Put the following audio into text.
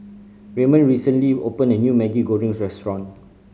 Raymon recently opened a new Maggi Goreng restaurant